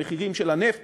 המחירים של הנפט